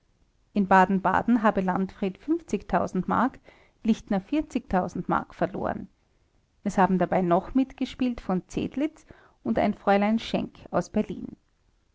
in baden-baden habe landfried mark lichtner mark verloren es haben dabei noch mitgespielt v zedlitz und ein fräulein schenk aus berlin